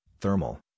thermal